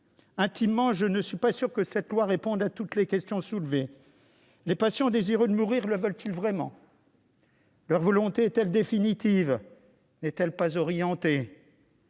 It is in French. Intimement, je ne suis pas sûr que ce texte réponde à toutes les questions soulevées. Les patients désireux de mourir le veulent-ils vraiment ? Leur volonté est-elle définitive ? N'est-elle pas orientée ?